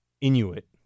Inuit